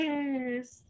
Yes